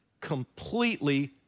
completely